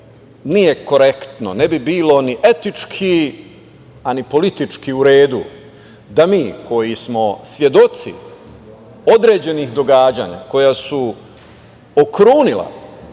Nije korektno, ne bi bilo ni etički, a ni politički u redu, da mi koji smo svedoci određenih događanja koja su okrunila